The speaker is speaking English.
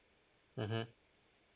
mmhmm